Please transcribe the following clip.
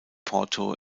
porto